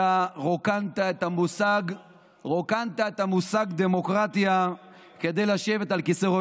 אתה רוקנת את המושג דמוקרטיה כדי לשבת על כיסא ראש